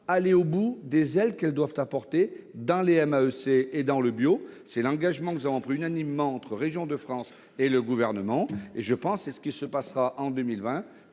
aller au bout des aides qu'elles doivent apporter aux MAEC et au bio. C'est l'engagement qu'ont pris unanimement Régions de France et le Gouvernement, et je pense que c'est ce qui se produira en 2020,